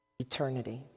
Eternity